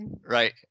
Right